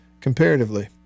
Comparatively